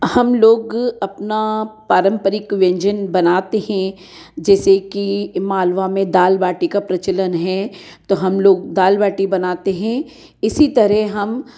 हम लोग अपना पारंपरिक व्यंजन बनाते हैं जैसे कि मालवा में दाल बाटी का प्रचलन है तो हम लोग दाल बाटी बनाते हैं इसी तरह हम